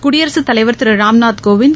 குடியரசு தலைவர் திரு ராம்நாத் கோவிந்த்